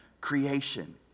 creation